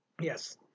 Yes